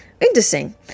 Interesting